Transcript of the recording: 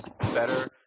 better